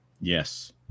Yes